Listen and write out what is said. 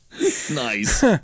Nice